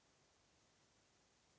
Hvala